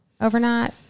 overnight